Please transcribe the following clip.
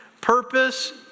purpose